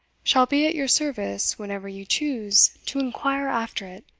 shall be at your service whenever you choose to inquire after it!